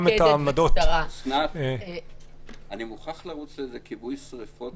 אוסנת, אני מוכרח לרוץ לכיבוי שריפה.